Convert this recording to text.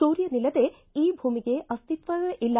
ಸೂರ್ಯನಿಲ್ಲದೇ ಈ ಭೂಮಿಗೆ ಅಸ್ತಿತ್ವವೇ ಇಲ್ಲ